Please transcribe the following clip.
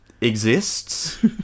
exists